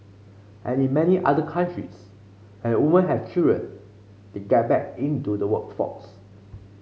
and in many other countries and woman have children they get back into the workforce